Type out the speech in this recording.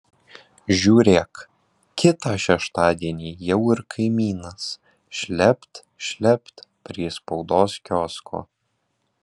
žiūrėk kitą šeštadienį jau ir kaimynas šlept šlept prie spaudos kiosko